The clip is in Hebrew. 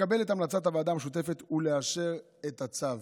לקבל את המלצת הוועדה המשותפת ולאשר את הצו.